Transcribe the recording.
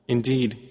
Indeed